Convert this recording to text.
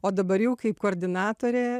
o dabar jau kaip koordinatorė